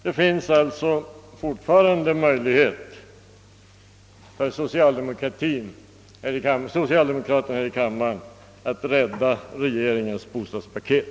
Det finns alltså fortfarande en möjlighet för socialdemokraterna här i kammaren att rädda regeringens bostadspaket.